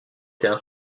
étaient